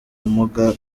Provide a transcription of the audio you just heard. bumuga